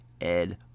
Ed